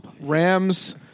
Rams